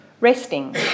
resting